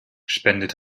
spendet